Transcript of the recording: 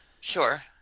Sure